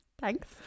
Thanks